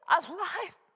alive